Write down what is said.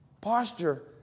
Posture